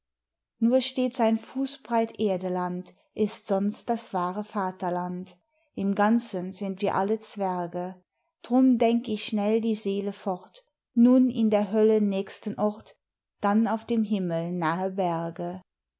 nur stets ein fußbreit erdeland ist sonst das wahre vaterland im ganzen sind wir alle zwerge drum denk ich schnell die seele fort nun in der hölle nächsten ort dann auf dem himmel nahe berge